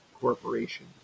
corporation